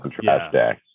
yes